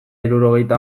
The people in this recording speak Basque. hirurogeita